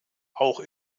auch